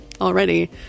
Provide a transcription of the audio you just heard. already